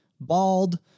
bald